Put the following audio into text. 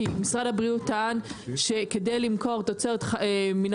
כי משרד הבריאות טען שכדי למכור תוצרת מן